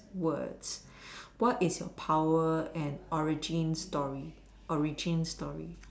words what is your power and origin story origin story